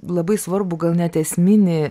labai svarbų gal net esminį